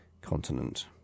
continent